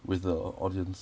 with the au~ audience